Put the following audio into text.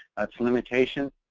its limitations.